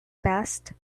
best